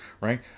right